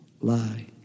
lie